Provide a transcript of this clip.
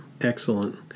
Excellent